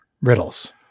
riddles